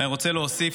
ואני רוצה להוסיף